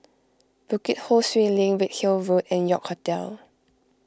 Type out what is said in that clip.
Bukit Ho Swee Link Redhill Road and York Hotel